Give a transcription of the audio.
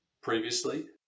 previously